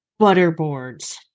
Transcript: Butterboards